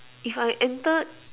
if I entered